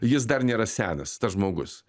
jis dar nėra senas tas žmogus